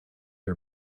are